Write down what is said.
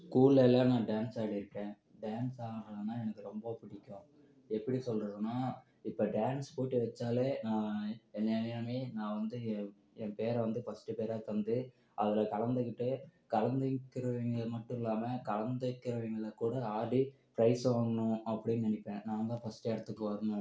ஸ்கூலில் எல்லாம் நான் டான்ஸ் ஆடியிருக்கேன் டான்ஸ் ஆடுகிறதுனா எனக்கு ரொம்ப பிடிக்கும் எப்படி சொல்கிறதுன்னா இப்போ டான்ஸ் போட்டி வச்சாலே நான் என்ன அறியாமையே நான் வந்து என் பேரை வந்து ஃபஸ்ட்டு பேராக தந்து அதில் கலந்துக்கிட்டு கலந்துக்கிறவங்களையும் மட்டும் இல்லாமல் கலந்துக்கிறவங்கள கூட ஆடி ப்ரைஸ் வாங்கணும் அப்படி நினைப்பேன் நான்தான் ஃபஸ்ட்டு இடத்துக்கு வரணும்